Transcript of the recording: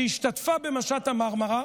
שהשתתפה במשט המרמרה,